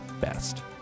best